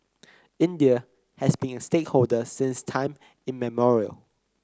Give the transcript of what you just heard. India has been a stakeholder since time immemorial